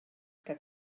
que